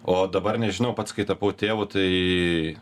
o dabar nežinau pats kai tapau tėvu tai